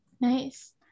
Nice